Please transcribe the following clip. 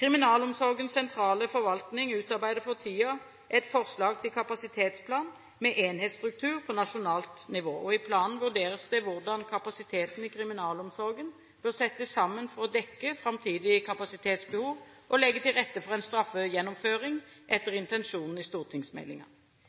Kriminalomsorgens sentrale forvaltning utarbeider for tiden et forslag til kapasitetsplan med enhetsstruktur på nasjonalt nivå. I planen vurderes det hvordan kapasiteten i kriminalomsorgen bør settes sammen for å dekke framtidig kapasitetsbehov og legge til rette for en straffegjennomføring etter intensjonene i